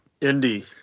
indy